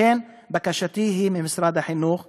לכן בקשתי ממשרד החינוך היא,